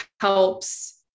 helps